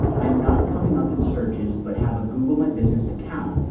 i'm not coming up in searches but have a google my business account.